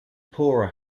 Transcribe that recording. poorer